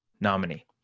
nominee